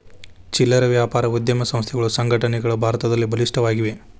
ಚಿಲ್ಲರೆ ವ್ಯಾಪಾರ ಉದ್ಯಮ ಸಂಸ್ಥೆಗಳು ಸಂಘಟನೆಗಳು ಭಾರತದಲ್ಲಿ ಬಲಿಷ್ಠವಾಗಿವೆ